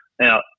Now